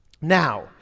Now